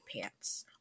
pants